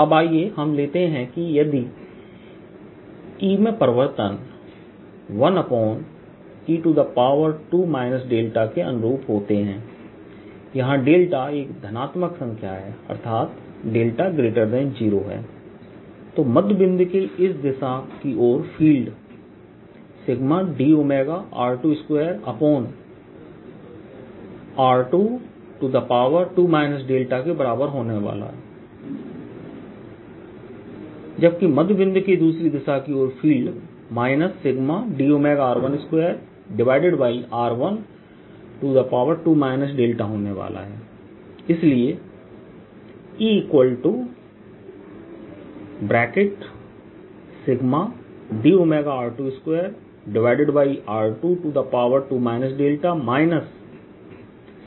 अब आइए हम लेते हैं कि यदि E में परिवर्तन 1r2 δके अनुरूप होते हैं यहां डेल्टाδ एक धनात्मक संख्या है अर्थात δ0 है तो मध्य बिंदु के इस दिशा की ओर फील्डσdr22r22 δ के बराबर होने वाला है जबकि मध्य बिंदु के दूसरी दिशा की ओर फील्ड σdr12r12 δ होने जा रहा है